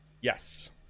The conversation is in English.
Yes